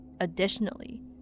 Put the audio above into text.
Additionally